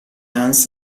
hans